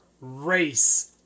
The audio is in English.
race